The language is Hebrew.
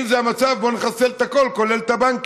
אם זה המצב, בואו נחסל את הכול, כולל את הבנקים.